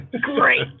Great